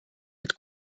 mit